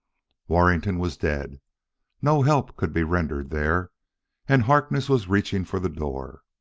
warrington was dead no help could be rendered there and harkness was reaching for the door.